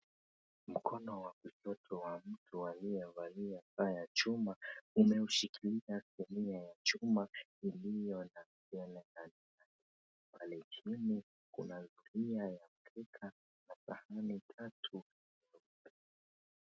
Mkono wa kushoto wa mtu aliyevalia saa ya chuma umeushikilia sinia chuma iliyo na mchele ndani, pale chini kuna zulia ya mkeka na sahani tatu.